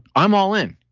i'm all in.